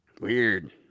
Weird